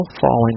falling